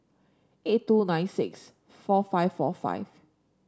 eight two nine six four five four five